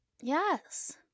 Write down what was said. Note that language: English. Yes